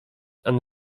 and